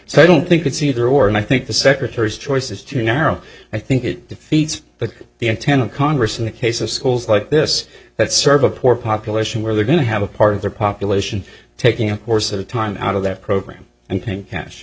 so i don't think it's either or and i think the secretary's choice is too narrow i think it defeats but the intent of congress in the case of schools like this that serve a poor population where they're going to have a part of their population taking a course of time out of that program and paying cash